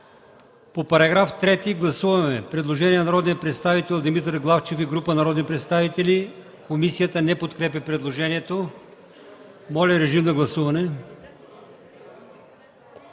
По § 3 гласуваме предложение на народния представител Димитър Главчев и група народни представители. Комисията не подкрепя предложението. Моля, гласувайте.